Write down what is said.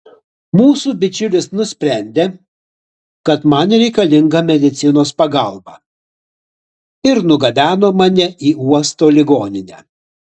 mūsų bičiulis nusprendė kad man reikalinga medicinos pagalba ir nugabeno mane į uosto ligoninę